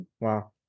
Wow